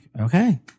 okay